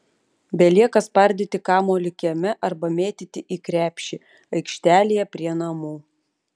belieka spardyti kamuolį kieme arba mėtyti į krepšį aikštelėje prie namų